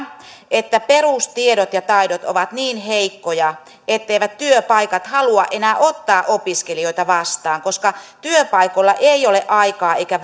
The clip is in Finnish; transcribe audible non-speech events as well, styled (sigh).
että perustiedot ja taidot ovat niin heikkoja etteivät työpaikat halua enää ottaa opiskelijoita vastaan koska työpaikoilla ei ole aikaa eikä (unintelligible)